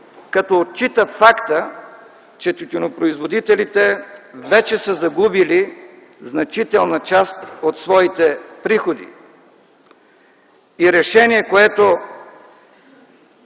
като отчита факта, че тютюнопроизводителите вече са загубили значителна част от своите приходи. На този фон решение, което